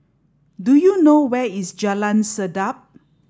do you know where is Jalan Sedap